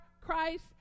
Christ